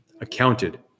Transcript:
Accounted